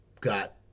got